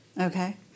Okay